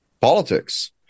Politics